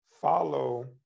follow